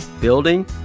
building